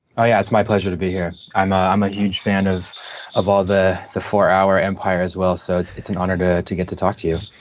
oh yeah, it's my pleasure to be here. i'm i'm a huge fan of of all of the four hour empire as well, so it's it's an honor to to get to talk to you.